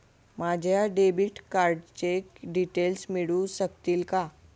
माझ्या डेबिट कार्डचे डिटेल्स मिळू शकतील का?